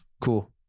Cool